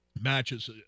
matches